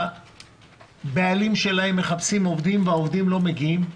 שהבעלים מחפשים עובדים והעובדים לא מגיעים,